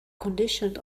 conditioned